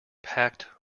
packed